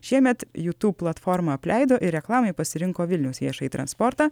šiemet jutūb platformą apleido ir reklamai pasirinko vilniaus viešąjį transportą